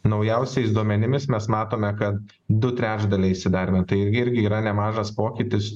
naujausiais duomenimis mes matome kad du trečdaliai įsidarbina tai ir irgi yra nemažas pokytis